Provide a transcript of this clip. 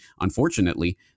unfortunately